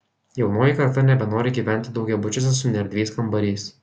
jaunoji karta nebenori gyventi daugiabučiuose su neerdviais kambariais